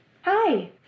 Hi